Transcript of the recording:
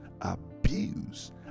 abuse